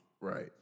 Right